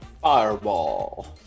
Fireball